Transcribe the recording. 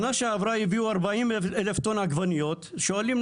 שנה שעברה הביאו 40 אלף טון עגבניות שעולים,